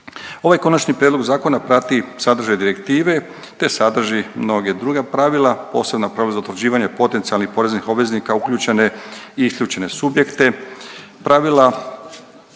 Ovaj Konačni prijedlog zakona prati sadržaj direktive te sadrži mnoge druga pravila, posebna pravila za utvrđivanje potencijalnih poreznih obveznika uključene i isključene subjekte,